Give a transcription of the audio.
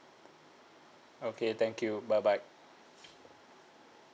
okay thank you bye bye